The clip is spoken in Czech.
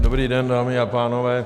Dobrý den, dámy a pánové.